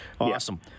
Awesome